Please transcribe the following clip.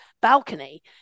balcony